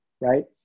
right